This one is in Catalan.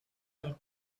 del